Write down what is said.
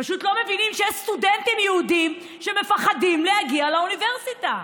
פשוט לא מבינים שיש סטודנטים יהודים שמפחדים להגיע לאוניברסיטה,